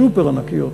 סופר-ענקיות,